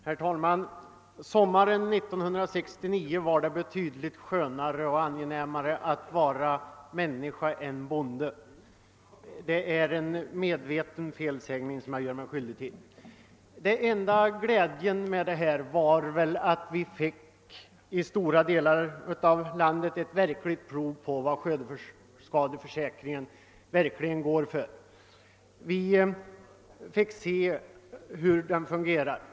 Herr talman! Sommaren 1969 var det betydligt skönare och angenämare att vara människa än bonde. Det är en medveten felsägning som jag gör mig skyldig till. Enda glädjen var att vi i stora delar av landet fick ett verkligt prov på vad skördeskadeförsäkringen går för. Vi fick se hur den fungerar.